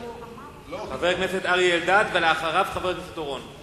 חבר הכנסת אריה אלדד, ולאחריו, חבר הכנסת אורון.